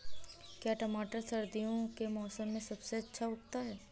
क्या टमाटर सर्दियों के मौसम में सबसे अच्छा उगता है?